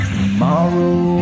Tomorrow